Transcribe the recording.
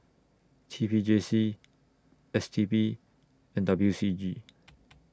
T P J C S T B and W C G